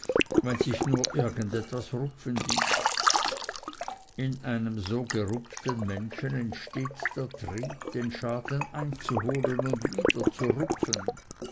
wenn sich nur irgend was rupfen ließ in einem so gerupften menschen entsteht der trieb den schaden einzuholen und wieder zu rupfen